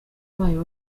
bayo